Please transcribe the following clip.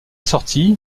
sortie